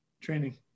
training